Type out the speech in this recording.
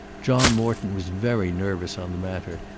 john morton was very nervous on the matter,